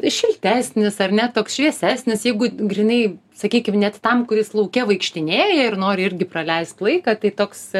šiltesnis ar ne toks šviesesnis jeigu grynai sakykim net tam kuris lauke vaikštinėja ir nori irgi praleist laiką tai toks